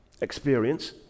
experience